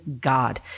God